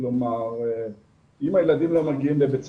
כלומר אם הילדים לא מגיעים לבית ספר,